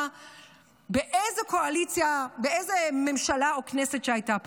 לאיזו קואליציה באיזו ממשלה או כנסת שהייתה פה.